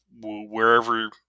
wherever